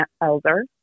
elder